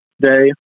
day